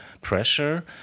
pressure